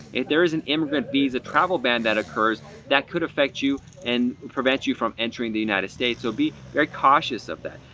if there is an immigrant visa travel ban that occurs that could affect you and prevent you from entering the united states. so be very cautious of that.